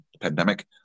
pandemic